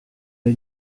les